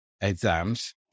exams